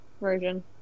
version